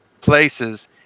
places